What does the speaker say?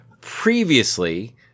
previously